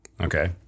Okay